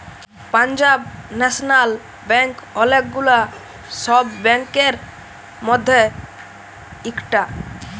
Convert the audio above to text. Punjab national bank ওলেক গুলা সব ব্যাংকের মধ্যে ইকটা